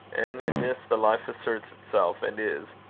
and in this the life asserts itself, and is.